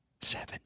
seven